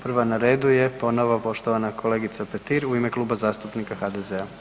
Prva na redu je ponovo poštovana kolegica Petir u ime Kluba zastupnika HDZ-a.